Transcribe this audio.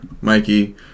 Mikey